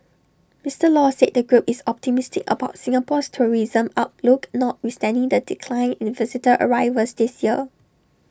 Mister law said the group is optimistic about Singapore's tourism outlook notwithstanding the decline in visitor arrivals this year